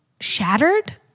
shattered